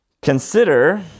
Consider